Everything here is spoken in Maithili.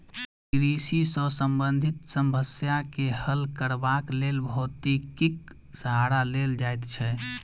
कृषि सॅ संबंधित समस्या के हल करबाक लेल भौतिकीक सहारा लेल जाइत छै